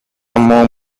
more